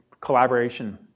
collaboration